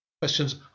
Questions